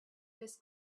his